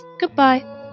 goodbye